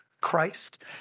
Christ